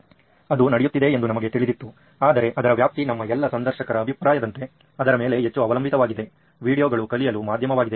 ಅದು ನಡೆಯುತ್ತಿದೆ ಎಂದು ನಮಗೆ ತಿಳಿದಿತ್ತು ಆದರೆ ಅದರ ವ್ಯಾಪ್ತಿ ನಮ್ಮ ಎಲ್ಲ ಸಂದರ್ಶಕರ ಅಭಿಪ್ರಾಯದಂತೆ ಅದರ ಮೇಲೆ ಹೆಚ್ಚು ಅವಲಂಬಿತವಾಗಿದೆ ವೀಡಿಯೋಗಳು ಕಲಿಯಲು ಮಾಧ್ಯಮವಾಗಿದೆ